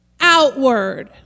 outward